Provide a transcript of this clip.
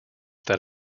that